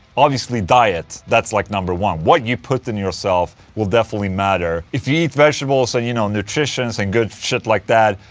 obviously diet, that's like number one, what you put in yourself will definately matter if you eat vegetables and so you know, nutritious and good shit like that.